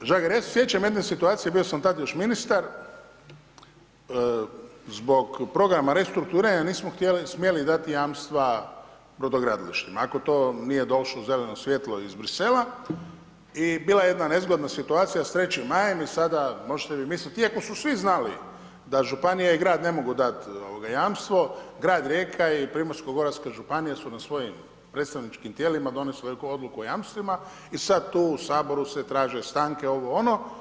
Gledajte kolega Žagar ja se sjećam jedne situacije bio sam tad još ministar zbog programa restrukturiranja nismo smjeli dati jamstava brodogradilištima, ako to nije došlo zeleno svjetlo iz Bruxellesa i bila je jedna nezgodna situacija s 3. majem i sada, možete vi mislit iako su svi znali da županije i grad ne mogu dati ovoga jamstvo grad Rijeka i Primorsko-goranska županija su na svojim predstavničkim tijelima donesle odluke o jamstvima i sad tu u saboru se traže stanke ovo, ono.